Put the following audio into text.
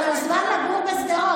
אתה מוזמן לגור בשדרות.